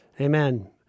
amen